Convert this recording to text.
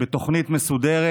בתוכנית מסודרת,